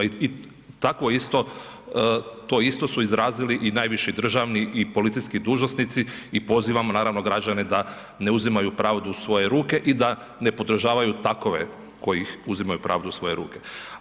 I takvo isto, to isto su izrazili i najviši državni i policijski dužnosnici i pozivamo naravno građane da ne uzimaju pravdu u svoje ruke i da ne podržavaju takove koji uzimaju pravdu u svoje ruke.